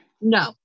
no